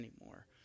anymore